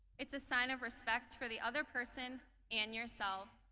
it's a sign of respect for the other person and yourself,